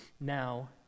now